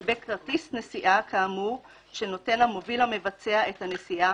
לגבי כרטיס נסיעה כאמור שנותן המוביל המבצע את הנסיעה